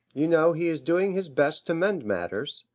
you know he is doing his best to mend matters.